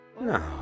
No